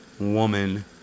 woman